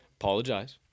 Apologize